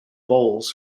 bowles